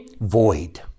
Void